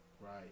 right